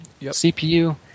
CPU